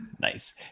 nice